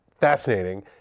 fascinating